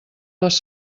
les